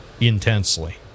intensely